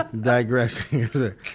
digressing